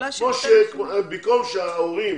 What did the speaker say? במקום שההורים